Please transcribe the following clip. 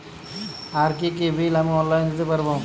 আর কি কি বিল আমি অনলাইনে দিতে পারবো?